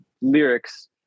lyrics